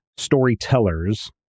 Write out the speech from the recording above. storytellers